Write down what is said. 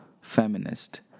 feminist